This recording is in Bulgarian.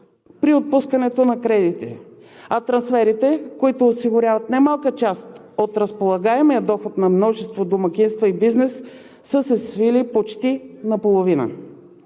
при отпускането на кредити, а трансферите, които осигуряват немалка част от разполагаемия доход на множество домакинства и бизнес, са се свили почти наполовина.